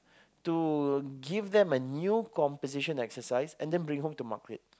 to give then a new composition exercise and then bring home to mark it